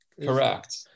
Correct